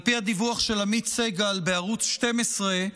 על פי הדיווח של עמית סגל בערוץ 12,